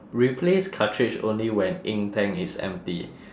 replace cartridge only when ink tank is empty